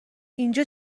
اینجا